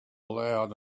loud